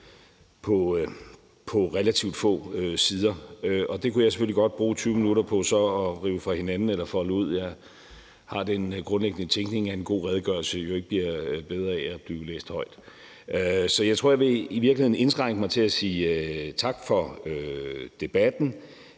på relativt få sider. Det kunne jeg selvfølgelig godt bruge 20 minutter på så at rive fra hinanden eller folde ud, men jeg har den grundlæggende tænkning, at en god redegørelse jo ikke bliver bedre af at blive læst højt. Så jeg tror i virkeligheden, jeg vil indskrænke mig til at sige tak for debatten.